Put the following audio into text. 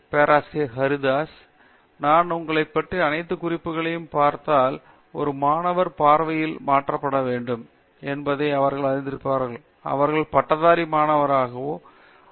பேராசிரியர் பிரதாப் ஹரிதாஸ் சரி நான் உங்களைப் பற்றிய அனைத்து குறிப்புகளையும் பார்த்தால் ஒரு மாணவர் பார்வையில் மாற்றப்பட வேண்டும் என்பதை அவர்கள் அறிந்திருக்கிறார்கள் அவர்கள் பட்டதாரி மாணவராக ஆகிவிடுகிறார்கள்